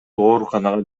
ооруканага